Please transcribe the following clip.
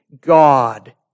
God